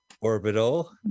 Orbital